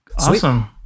Awesome